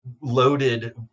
loaded